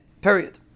period